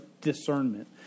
discernment